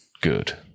good